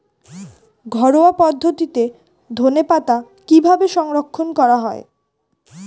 ঘরোয়া পদ্ধতিতে ধনেপাতা কিভাবে সংরক্ষণ করা হয়?